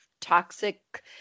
toxic